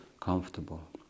comfortable